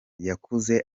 yakuze